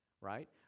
right